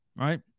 right